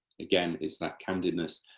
again, it's that candidness,